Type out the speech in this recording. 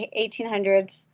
1800s